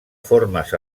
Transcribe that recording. formes